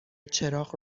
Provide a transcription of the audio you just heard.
چراغ